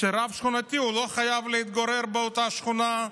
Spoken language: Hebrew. שרב שכונתי לא חייב להתגורר באותה שכונה.